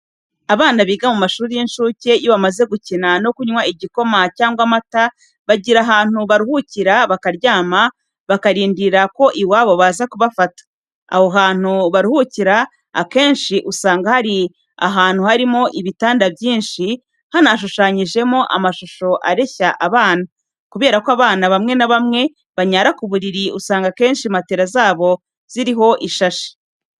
Abana biga mu mashuri y'incuke iyo bamaze gukina no kunywa igikoma cyangwa amata, bagira ahantu baruhukira bakaryama bakarindira ko iwabo baza kubafata, aho hantu baruhukira akenshi usanga ari ahantu harimo ibitanda byinshi, hanashushanyijemo amashusho areshya abana, kubera ko abana bamwe na bamwe banyara ku buriri, usanga akenshi matera zabo ziriho ishashi.